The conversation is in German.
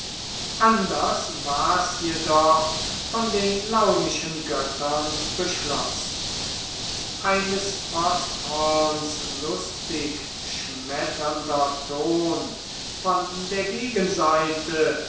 anders war's jedoch von den launischen göttern beschlossen eines posthorns lustig schmetternder ton von der gegenseite